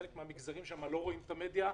וחלק מן המגזרים שם לא רואים את המדיה,